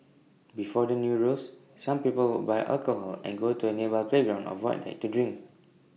before the new rules some people would buy alcohol and go to A nearby playground or void deck to drink